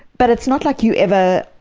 but it's not like you ever,